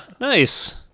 nice